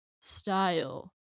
style